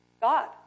God